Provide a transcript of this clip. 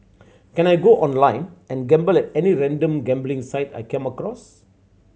can I go online and gamble at any random gambling site I come across